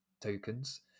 tokens